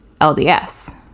LDS